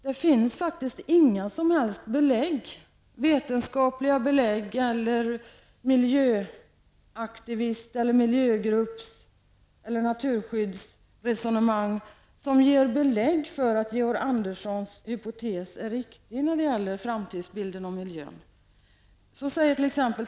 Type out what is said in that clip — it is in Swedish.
Det finns faktiskt inga som helst vetenskapliga bevis eller några miljö eller naturskyddsresonemang som ger belägg för att Georg Anderssons hypotes beträffande den framtida miljön är riktig.